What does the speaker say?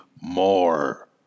more